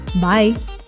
Bye